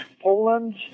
Poland